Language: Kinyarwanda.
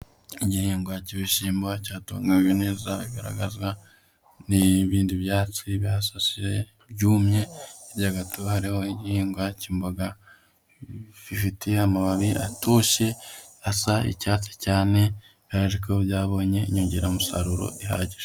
Igihingwa k'ibishyimbo cyatunganyijwe neza bigaragazwa n'ibindi byatsi bihasasiye byumye imbere hakaba hariho igihingwa k'imboga bifite amababi atoshye asa icyatsi cyane byabonye inyongeramusaruro ihagije.